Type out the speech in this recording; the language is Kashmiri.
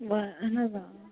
وَن اَہَن حظ آ